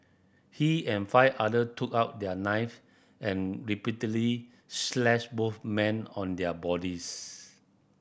he and five other took out their knife and repeatedly slashed both men on their bodies